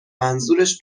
منظورش